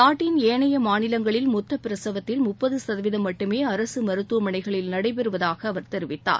நாட்டின் ஏனைய மாநிலங்களில் மொத்த பிரசவத்தில் முப்பது சதவீதம் மட்டுமே அரசு மருத்துவமனைகளில் நடைபெறுவதாக அவர் தெரிவித்தார்